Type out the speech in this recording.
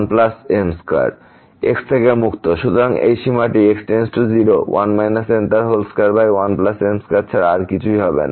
সুতরাং এই সীমাটি x → 0 1 m21m2 ছাড়া আর কিছুই হবে না